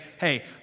hey